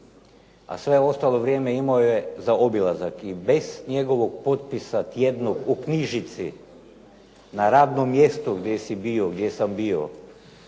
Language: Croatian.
a sve ostalo vrijeme imao je za obilazak i bez njegovog potpisa tjednog u knjižici na radnom mjestu gdje si bio, gdje sam bio,